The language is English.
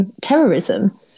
Terrorism